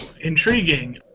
intriguing